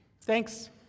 Thanks